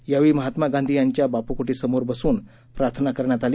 यावेळी महात्मा गांधी यांच्या बापू क्टी समोर बसून प्रार्थना करण्यात आली